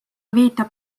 viitab